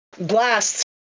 blasts